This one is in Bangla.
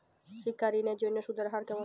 শিক্ষা ঋণ এর জন্য সুদের হার কেমন?